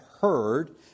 heard